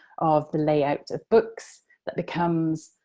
of the layout of books that becomes.